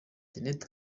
jeannette